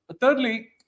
thirdly